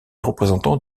représentants